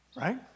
Right